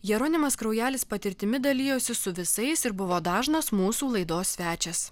jeronimas kraujelis patirtimi dalijosi su visais ir buvo dažnas mūsų laidos svečias